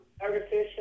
artificial